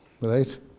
Right